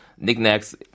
knickknacks